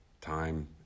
time